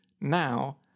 now